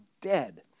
dead